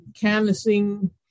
canvassing